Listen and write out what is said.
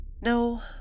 No